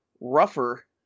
rougher